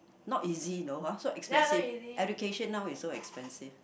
not easy you know hor so expensive education now is so expensive